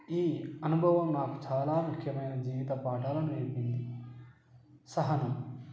ఈ అనుభవం నాకు చాలా ముఖ్యమైన జీవిత పాఠాలను నేర్పింది సహనం